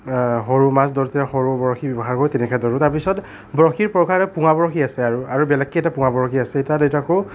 সৰু মাছ ধৰোঁতে সৰু বৰশী ব্যৱহাৰ কৰোঁ তেনেকেই ধৰোঁ তাৰপিছত বৰশী প্ৰকাৰে পোঙা বৰশী আছে আৰু আৰু বেলেগকে এটা পোঙা বৰশী আছে তাত